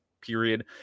period